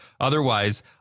Otherwise